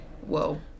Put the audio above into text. Whoa